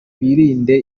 birinde